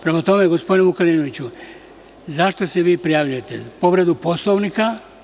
Prema tome, gospodine Vukadinoviću, zašta se vi prijavljujete, za povredu Poslovnika?